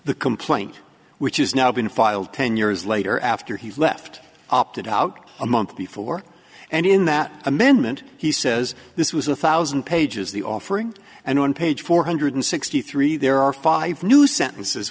the complaint which is now been filed ten years later after he left opted out a month before and in that amendment he says this was a thousand pages the offering and on page four hundred sixty three there are five new sentences